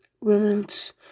Women's